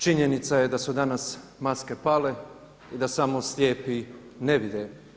Činjenica je da su danas maske pale i da samo slijepi ne vide.